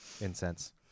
incense